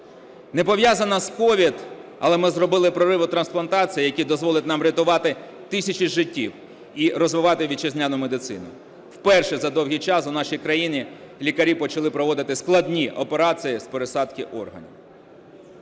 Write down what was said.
Не пов'язано з COVID, але ми зробили прорив у трансплантації, який дозволить нам врятувати тисячі життів і розвивати вітчизняну медицину. Вперше за довгий час в нашій країні лікарі почали проводити складні операції з пересадки органів.